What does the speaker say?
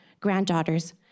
granddaughters